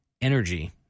energy